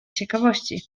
ciekawości